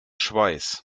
schweiß